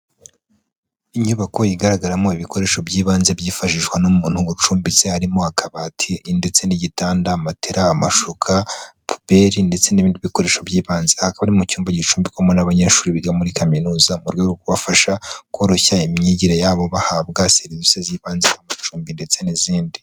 Inyubako igaragaramo ibikoresho by'ibanze byifashishwa n'umuntu uba ucumbitse, harimo akabati, ndetse n'igitanda, matera, amashuka, puberi, ndetse n'ibindi bikoresho by'ibanze, aha hakaba ari mu cyumba gicumbikwamo n'abanyeshuri biga muri kaminuza mu rwego rwo kubafasha koroshya imyigire yabo, bahabwa serivisi z'ibanze, amacumbi ndetse n'izindi.